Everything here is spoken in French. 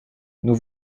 nous